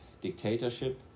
dictatorship